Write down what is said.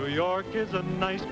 new york is a nice